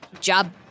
job